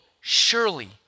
surely